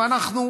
ואנחנו,